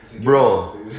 bro